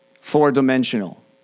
four-dimensional